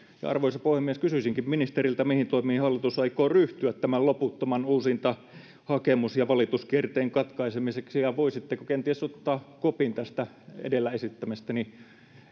arvoisa puhemies kysyisinkin ministeriltä mihin toimiin hallitus aikoo ryhtyä tämän loputtoman uusintahakemus ja valituskierteen katkaisemiseksi ja voisitteko kenties ottaa kopin tästä edellä esittämästäni